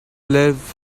liv